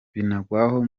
binagwaho